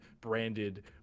branded